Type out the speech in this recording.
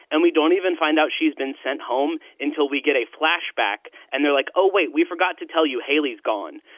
and we don't even find out she's been sent home until we get a flashback. and they're like, oh, wait, we forgot to tell you hailey's gone.